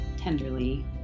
tenderly